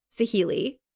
Sahili